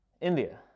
India